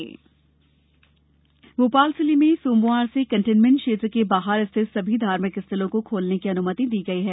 lockdown छट भोपाल जिले में सोमवार से कंटेनमेंट क्षेत्र के बाहर स्थित सभी धार्मिक स्थलों को खोलने की अनुमति दी गई है